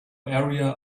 area